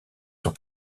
sur